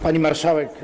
Pani Marszałek!